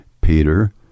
Peter